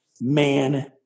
man